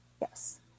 Yes